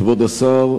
כבוד השר,